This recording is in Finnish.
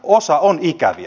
osa on ikäviä